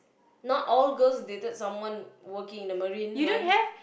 not all girls dated someone working in the marine line